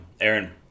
Aaron